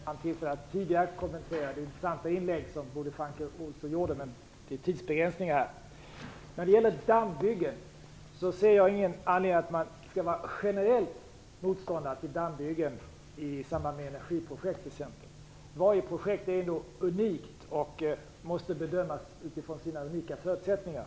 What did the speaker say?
Fru talman! Jag har på grund av tidsbegränsningen inte tidigare haft tillfälle att kommentera det intressanta inlägg som Bodil Francke Ohlsson gjorde. Vad gäller dammbyggen ser jag ingen anledning att vara generell motståndare till sådana, t.ex. i samband med energiprojekt. Varje projekt är unikt och måste bedömas utifrån sina speciella förutsättningar.